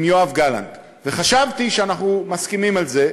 עם יואב גלנט, וחשבתי שאנחנו מסכימים על זה.